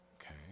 okay